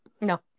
no